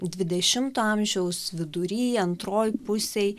dvidešimto amžiaus vidury antroj pusėj